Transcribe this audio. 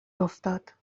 افتاد